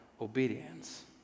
obedience